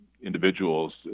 individuals